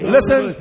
Listen